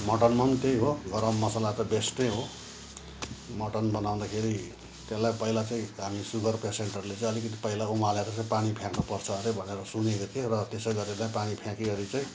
मटनमा पनि त्यही हो गरम मसला त बेस्टै हो मटन बनाउँदाखेरि त्यसलाई पहिला चाहिँ हामी सुगर पेसेन्टहरूले चाहिँ अलिकति पहिला उमालेर चाहिँ पानी फ्याँक्नुपर्छ अरे भनेर सुनेको थिएँ र त्यसै गरेर पानी फ्याँकी ओरि चाहिँ